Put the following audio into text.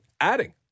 adding